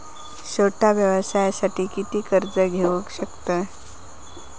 छोट्या व्यवसायासाठी किती कर्ज घेऊ शकतव?